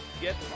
get